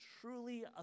truly